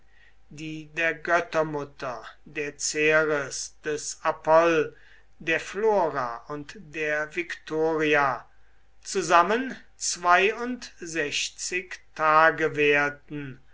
die der göttermutter der ceres des apoll der flora und der victoria zusammen zweiundsechzig tage währten